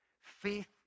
faith